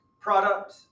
Product